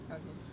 okay